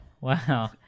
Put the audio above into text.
wow